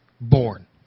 born